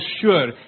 sure